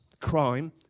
crime